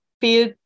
feel